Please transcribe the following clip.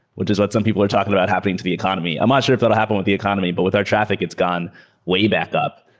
which is what some people are talking about happening to the economy. i'm not sure if that will happen with the economy, but with our traffic, it's gone way back up.